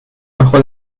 bajo